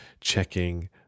checking